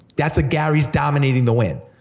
that's a gary's dominating the win.